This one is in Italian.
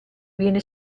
viene